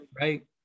right